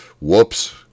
whoops